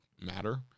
matter